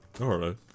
Alright